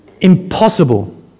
Impossible